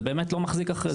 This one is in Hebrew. זה באמת לא מחזיק אחרי זה.